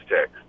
Tech